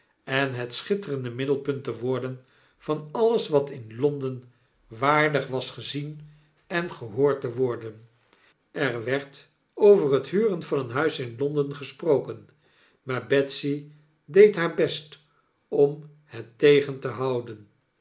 en het schitterende middelpunt te worden van alles wat in londen waardig was gezien en gehoord te worden er werd over het huren van een huis in londen gesproken maar betsy deed haar best om het tegen te houden